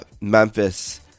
Memphis